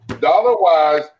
dollar-wise